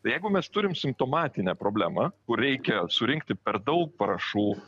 tai jeigu mes turim simptomatinę problemą kur reikia surinkti per daug parašų